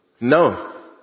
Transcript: No